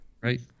Right